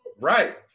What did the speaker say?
Right